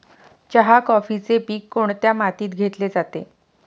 चहा, कॉफीचे पीक कोणत्या मातीत घेतले जाते?